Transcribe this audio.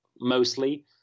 mostly